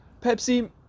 Pepsi